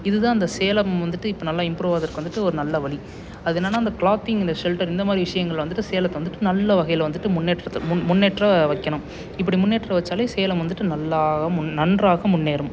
இதுதான் இந்த சேலம் வந்துட்டு இப்போ நல்லா இம்ப்ரூவ் ஆகிறதுக்கு வந்துட்டு ஒரு நல்ல வழி அது என்னென்னால் இந்த க்ளாத்திங் இந்த ஷெல்டர் இந்த மாதிரி விஷயங்கள வந்துட்டு சேலத்தை வந்துட்டு நல்ல வகையில் வந்துட்டு முன்னேற்றத்தை முன் முன்னேற்ற வைக்கணும் இப்படி முன்னேற்ற வைச்சாலே சேலம் வந்துட்டு நல்லாக மு நன்றாக முன்னேறும்